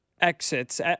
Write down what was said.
exits